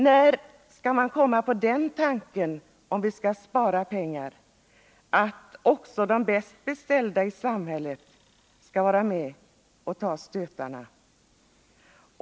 När tänker man föreslå att också de bäst ställda — om vi nu skall spara — skall vara med och ta stötarna?